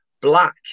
black